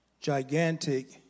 gigantic